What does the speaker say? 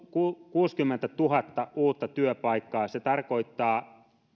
kuusikymmentätuhatta uutta työpaikkaa se tarkoittaa